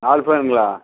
நாலு ஃபேனுங்களா